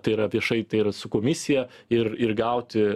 tai yra viešai tai yra su komisija ir ir gauti